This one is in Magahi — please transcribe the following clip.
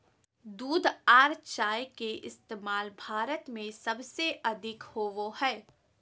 दूध आर चाय के इस्तमाल भारत में सबसे अधिक होवो हय